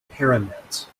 pyramids